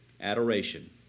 adoration